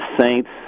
Saints